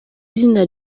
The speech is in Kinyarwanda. izina